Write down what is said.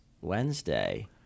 Wednesday